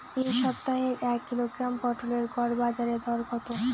এ সপ্তাহের এক কিলোগ্রাম পটলের গড় বাজারে দর কত?